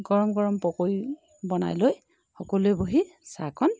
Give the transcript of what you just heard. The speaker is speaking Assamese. গৰম গৰম পকৰি বনাই লৈ সকলোৱে বহি চাহকণ